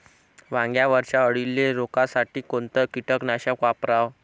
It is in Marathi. वांग्यावरच्या अळीले रोकासाठी कोनतं कीटकनाशक वापराव?